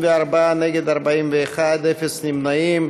בעד, 34, נגד, 41, אפס נמנעים.